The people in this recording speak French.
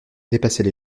dépassait